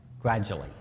gradually